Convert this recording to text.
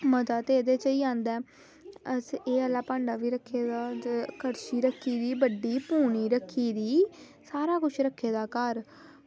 मज़ा ते ओह्दे च होई जंदा ऐ असें एह् आह्ला भांडा बी रक्खे दा कड़छी रक्खी दी बड्डी पूनी रक्खी दी सारा किश रक्खे दा घर